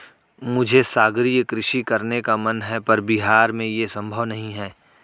मुझे सागरीय कृषि करने का मन है पर बिहार में ये संभव नहीं है